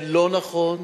זה לא נכון,